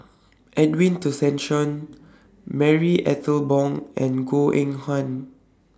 Edwin Tessensohn Marie Ethel Bong and Goh Eng Han